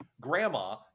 Grandma